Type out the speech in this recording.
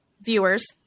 viewers